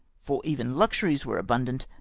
for even luxmies were abundant,